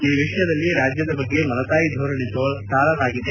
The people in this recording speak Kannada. ಈ ವಿಷಯದಲ್ಲಿ ರಾಜ್ಜದ ಬಗ್ಗೆ ಮಲತಾಯಿ ಧೋರಣೆ ತಾಳಲಾಗಿದೆ